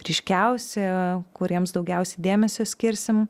ryškiausi kuriems daugiausia dėmesio skirsim